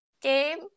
Game